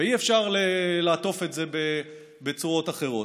ואי-אפשר לעטוף את זה בצורות אחרות.